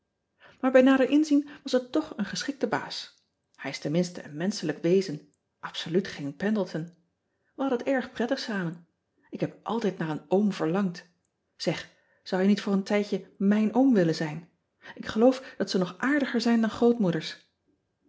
bij reader inzien was het toch een geschikte baas ij is tenminste een menschelijk wezen absoluut geen endleton ij hadden het erg prettig samen k heb altijd naar een oom verlangd eg zou jij niet voor een tijdje mijn oom willen zijn k geloof dat ze nog aardiger zijn dan grootmoeders